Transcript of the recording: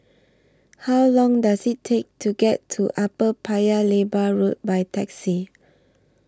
How Long Does IT Take to get to Upper Paya Lebar Road By Taxi